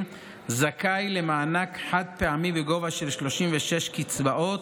זכאי למענק חד-פעמי בגובה של 36 קצבאות,